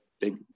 big